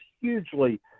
hugely